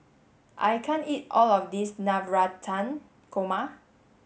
I can't eat all of this Navratan Korma